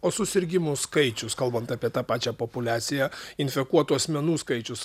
o susirgimų skaičius kalbant apie tą pačią populiaciją infekuotų asmenų skaičius